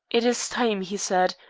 it is time, he said,